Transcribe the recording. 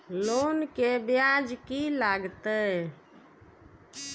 Loan के ब्याज की लागते?